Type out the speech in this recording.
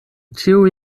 ĉiuj